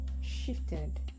shifted